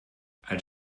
als